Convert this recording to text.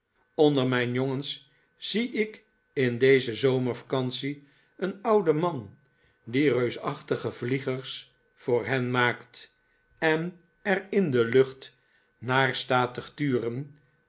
onder mijn jongens zie ik in deze zomervacantie een ouden man die reusachtige vliegers voor hen maakt en er in de lucht naar staat te turen